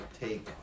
take